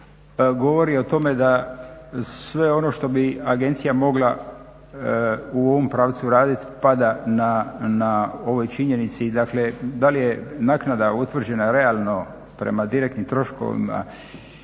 govori o tome da sve ono što bi agencija mogla u ovom pravcu raditi pada na ovoj činjenici da li je naknada utvrđena realno prema direktnim troškovima,